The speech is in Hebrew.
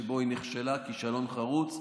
שבו היא נכשלה כישלון חרוץ.